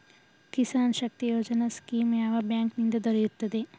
Kisan Shakti Yojana scheme ಯಾವ bank ನಿಂದ ದೊರೆಯುತ್ತದೆ?